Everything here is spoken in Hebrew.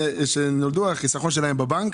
ילדים, החיסכון שלהם בבנק